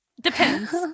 Depends